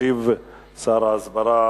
ישיב שר ההסברה